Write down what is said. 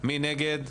מי נגד?